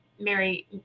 Mary